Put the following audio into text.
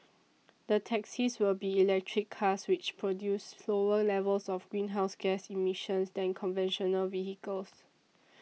the taxis will be electric cars which produce lower levels of greenhouse gas emissions than conventional vehicles